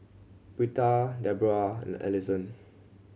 Britta Deborrah and Alison